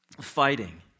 fighting